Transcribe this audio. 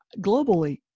globally